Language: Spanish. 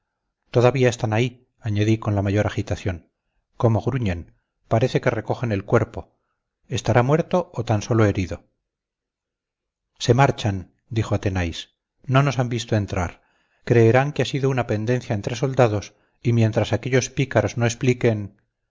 todavía están ahí añadí con la mayor agitación cómo gruñen parece que recogen el cuerpo estará muerto o tan sólo herido se marchan dijo athenais no nos han visto entrar creerán que ha sido una pendencia entre soldados y mientras aquellos pícaros no expliquen